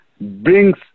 brings